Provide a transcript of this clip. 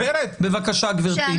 בבקשה, גברתי.